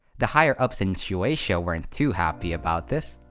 the higher ups in shueisha weren't too happy about this.